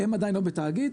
הם עדיין לא בתאגיד.